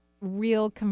real